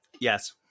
Yes